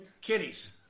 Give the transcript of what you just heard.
kitties